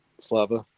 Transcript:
Slava